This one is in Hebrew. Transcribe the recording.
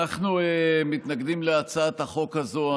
אנחנו מתנגדים להצעת החוק הזו.